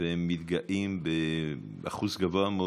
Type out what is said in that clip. והם מתגאים באל על באחוז גבוה מאוד,